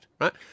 right